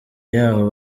yaho